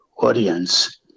audience